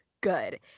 good